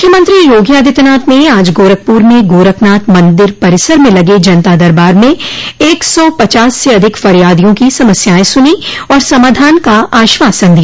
मुख्यमंत्री योगी आदित्यनाथ ने आज गोरखपुर में गोरखनाथ मंदिर परिसर में लगे जनता दरबार में एक सौ पचास से अधिक फरियादियों की समस्यायें सुनी और समाधान का आश्वासन दिया